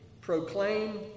proclaim